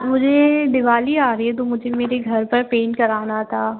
मुझे दिवाली आ रही है तो मुझे मेरे घर पर पेंट कराना था